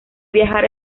viajar